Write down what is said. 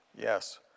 Yes